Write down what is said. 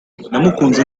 namukunze